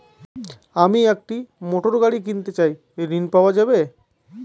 আমি একটি মোটরগাড়ি কিনতে চাই ঝণ পাওয়া যাবে?